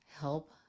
help